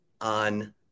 on